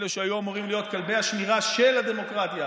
אלה שהיו אמורים להיות כלבי השמירה של הדמוקרטיה,